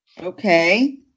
Okay